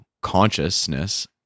consciousness